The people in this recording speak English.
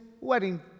wedding